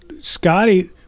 scotty